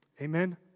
Amen